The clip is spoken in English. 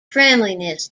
friendliness